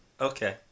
Okay